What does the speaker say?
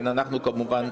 כמובן,